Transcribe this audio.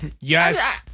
Yes